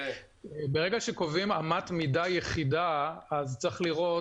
ברגע שקובעים אמת מידה יחידה אז צריך לראות